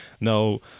No